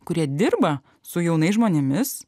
kurie dirba su jaunais žmonėmis